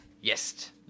yes